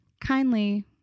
kindly